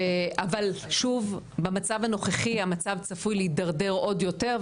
אבל שוב במצב הנוכחי המצב צפוי להתדרדר עוד יותר,